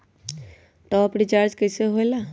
Top up recharge कइसे होएला?